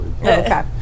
Okay